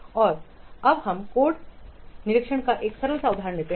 और अब हम कोड निरीक्षण का एक सरल उदाहरण लेते हैं